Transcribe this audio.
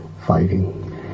fighting